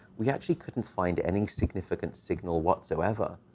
we actually couldn't find any significant signal whatsoever.